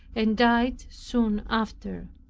and died soon after.